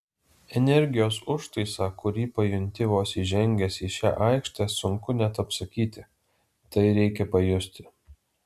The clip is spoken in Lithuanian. energijos užtaisą kurį pajunti vos įžengęs į šią aikštę sunku net apsakyti tai reikia pajusti